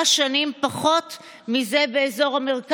בא המספר